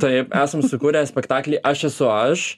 taip esam sukūrę spektaklį aš esu aš